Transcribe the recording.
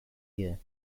year